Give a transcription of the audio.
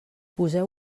poseu